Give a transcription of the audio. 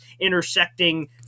intersecting